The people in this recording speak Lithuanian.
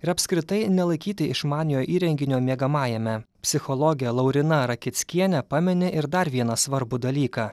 ir apskritai nelaikyti išmaniojo įrenginio miegamajame psichologė lauryna rakickienė pamini ir dar vieną svarbų dalyką